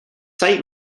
site